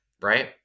right